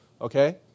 okay